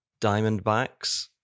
Diamondbacks